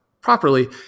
properly